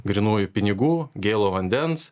grynųjų pinigų gėlo vandens